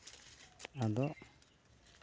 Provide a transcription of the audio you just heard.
ᱟᱫᱚ